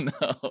no